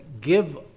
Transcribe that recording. give